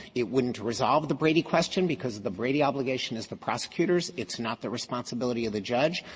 it wouldn't resolve the brady question because the brady obligation is the prosecutors, it's not the responsibility of the judge.